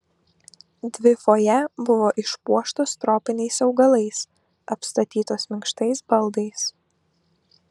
dvi fojė buvo išpuoštos tropiniais augalais apstatytos minkštais baldais